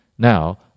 Now